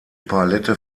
palette